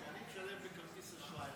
כי כשאני משלם בכרטיס אשראי,